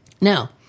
Now